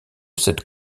cette